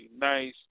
Nice